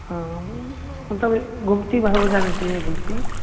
हँ मतलब गुमती भर हो जाना चाहिए गुमती